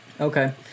Okay